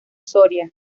soria